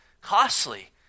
costly